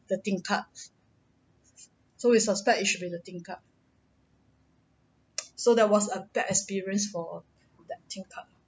the tingkat so we suspect it should be the tingkat so that was a bad experience for that tingkat